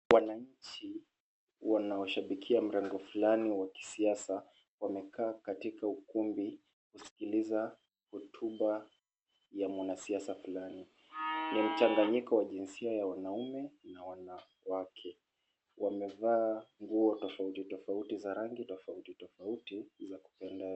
Wananchi wanawashabikia mrengo fulani wa kisiasa. Wamekaa katika ukumbi kusikiliza hotuba ya mwanasiasa fulani. Kuna mchanganyiko wa jinsia ya wanaume na wanawake. Wamevaa nguo za rangi tofauti tofauti za kupendeza.